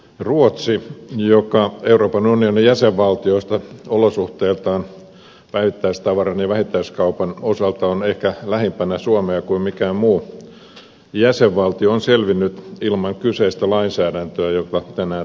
ruotsi joka euroopan unionin jäsenvaltioista olosuhteiltaan vähittäistavaran ja vähittäiskaupan osalta on ehkä lähempänä suomea kuin mikään muu jäsenvaltio on selvinnyt ilman kyseistä lainsäädäntöä joka tänään täällä käsitellään